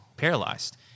paralyzed